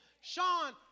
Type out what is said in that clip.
Sean